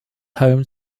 home